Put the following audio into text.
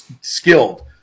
skilled